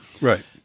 right